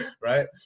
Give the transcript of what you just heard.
right